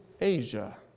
Asia